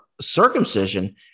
circumcision